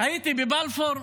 הייתי בבלפור.